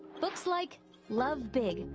books like love big.